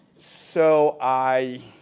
so i